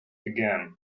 began